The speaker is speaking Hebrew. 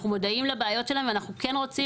אנחנו מודעים לבעיות שלהם ואנחנו כן רוצים